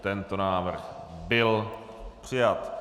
Tento návrh byl přijat.